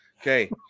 Okay